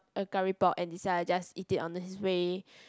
a curry pok and decided to just eat it on his way